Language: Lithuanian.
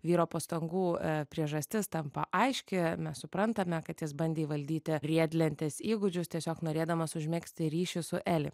vyro pastangų priežastis tampa aiški mes suprantame kad jis bandė įvaldyti riedlentės įgūdžius tiesiog norėdamas užmegzti ryšį su eli